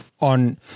on